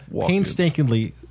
painstakingly